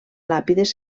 làpides